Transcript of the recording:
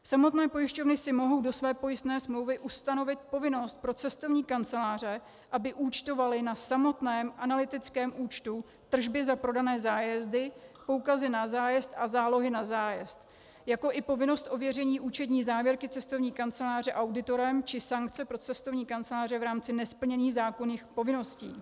Samotné pojišťovny si mohou do své pojistné smlouvy ustanovit povinnost pro cestovní kanceláře, aby účtovaly na samotném analytickém účtu tržby za prodané zájezdy, poukazy na zájezd a zálohy na zájezd, jako i povinnost ověření účetní závěrky cestovní kanceláře auditorem či sankce pro cestovní kanceláře v rámci nesplnění zákonných povinností.